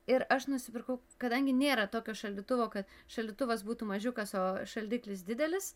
ir aš nusipirkau kadangi nėra tokio šaldytuvo kad šaldytuvas būtų mažiukas o šaldiklis didelis